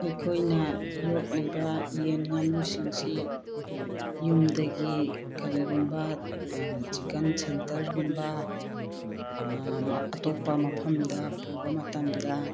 ꯑꯩꯈꯣꯏꯅ ꯌꯣꯛꯂꯤꯕ ꯌꯦꯟ ꯉꯥꯅꯨꯁꯤꯡꯁꯤ ꯌꯨꯝꯗꯒꯤ ꯀꯔꯤꯒꯨꯝꯕ ꯆꯤꯀꯟ ꯁꯦꯟꯇꯔꯒꯨꯝꯕ ꯑꯇꯣꯞꯄ ꯃꯐꯝꯗ ꯄꯨꯕ ꯃꯇꯝꯗ